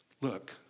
look